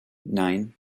nine